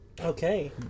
Okay